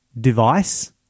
device